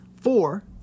Four